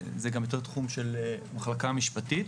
וזה גם יותר תחום של המחלקה המשפטית.